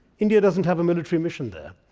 india doesn't have a military mission there.